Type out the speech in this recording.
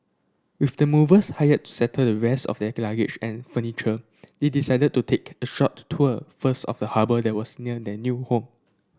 with the movers hired to settle the rest of their luggage and furniture they decided to take a short tour first of the harbour that was near their new home